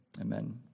Amen